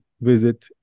visit